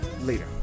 later